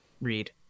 Read